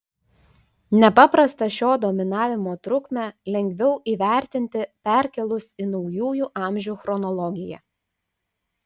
nepaprastą šio dominavimo trukmę lengviau įvertinti perkėlus į naujųjų amžių chronologiją